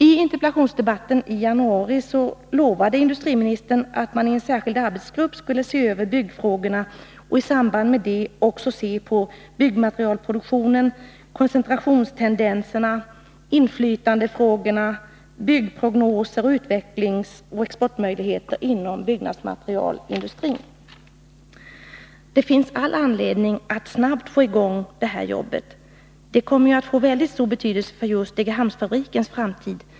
I interpellationsdebatten i januari lovade industriministern att man i en särskild arbetsgrupp skulle se över byggfrågorna och i samband därmed också se på byggmaterialproduktionen, koncentrationstendenserna, inflytandefrågorna, byggprognoser och utvecklingsoch exportmöjligheter inom byggnadsmaterialindustrin. Det finns all anledning att snabbt få i gång detta arbete. Det kommer att få mycket stor betydelse för just Degerhamnsfabrikens framtid.